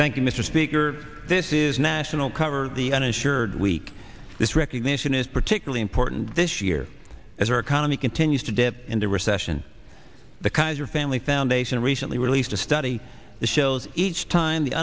you mr speaker this is national cover the uninsured week this recognition is particularly important this year as our economy continues to dip into recession the kaiser family foundation recently released a study that shows each time the